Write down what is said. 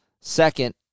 Second